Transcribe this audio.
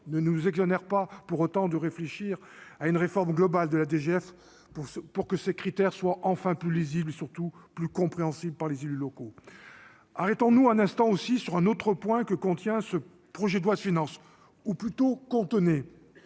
ne nous exonère pas pour autant de réfléchir à une réforme globale de la DGF pour ce pour que ces critères soient enfin plus lisible surtout plus compréhensible par les élus locaux, arrêtons-nous un instant aussi sur un autre point que contient ce projet de loi de finances ou plutôt cantonnée